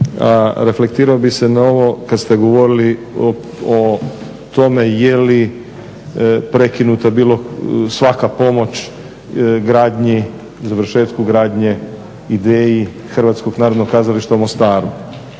reflektirao bi se na ovo kad ste govorili o tome je li prekinuta bila svaka pomoć gradnji, završetku gradnje, ideji Hrvatskog narodnog kazališta u Mostaru.